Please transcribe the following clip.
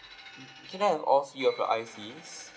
mm can I have all see of your I_Cs